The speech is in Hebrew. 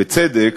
בצדק,